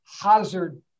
Hazard